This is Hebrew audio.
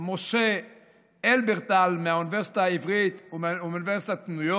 משה הלברטל מהאוניברסיטה העברית ומאוניברסיטת ניו יורק,